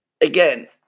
again